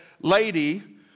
lady